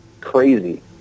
crazy